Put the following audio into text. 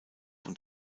und